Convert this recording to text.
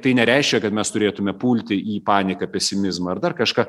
tai nereiškia kad mes turėtume pulti į paniką pesimizmą ar dar kažką